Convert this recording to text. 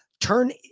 turn